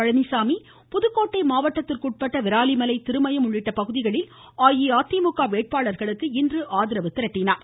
பழனிசாமி புதுக்கோட்டை மாவட்டத்திற்குட்பட்ட விராலிமலை திருமயம் உள்ளிட்ட பகுதிகளில் அஇஅதிமுக வேட்பாளர்களுக்கு இன்று ஆதரவு திரட்டினார்